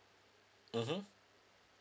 mmhmm